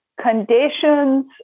conditions